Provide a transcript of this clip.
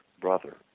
brother